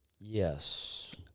yes